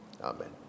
Amen